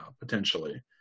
potentially